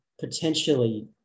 potentially